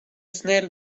snäll